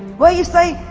well, you say,